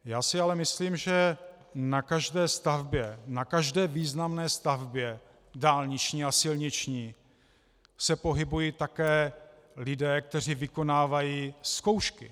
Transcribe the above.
Já si ale myslím, že na každé stavbě, na každé významné stavbě dálniční a silniční se pohybují také lidé, kteří vykonávají zkoušky.